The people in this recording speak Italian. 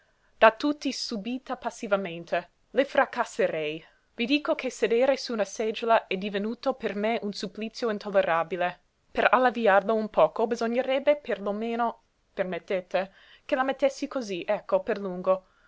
da tutti subíta passivamente le fracasserei i dico che sedere su una seggiola è divenuto per me un supplizio intollerabile per alleviarlo un poco bisognerebbe per lo meno permettete che la mettessi cosí ecco per lungo